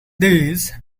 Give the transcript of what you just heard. these